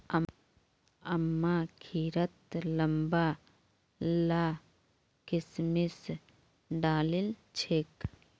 अम्मा खिरत लंबा ला किशमिश डालिल छेक